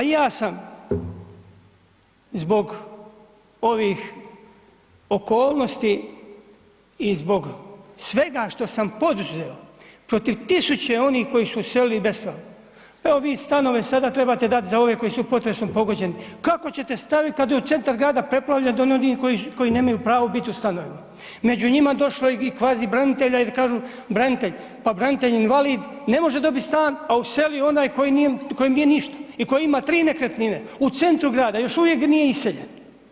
A i ja sam zbog ovih okolnosti i zbog svega što sam poduzeo protiv tisuće onih koji su uselili bespravno, evo vi stanove sada trebate dat za ove koji su potresom pogođeni, kako ćete stavit kad je centar grada preplavljen ... koji nemaju pravo biti u stanovima? među njima došlo je i kvazi branitelja jer kažu branitelji, pa branitelj invalid ne može dobit stan, a useli onaj koji nije ništa i koji ima 3 nekretnine u centru grada još uvijek nije iseljen.